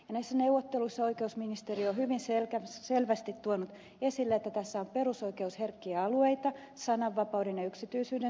näissä neuvotteluissa oikeusministeriö on hyvin selvästi tuonut esille että tässä on perusoikeusherkkiä alueita sananvapauden ja yksityisyyden suojan kannalta